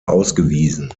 ausgewiesen